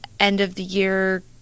end-of-the-year